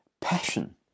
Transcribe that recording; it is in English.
passion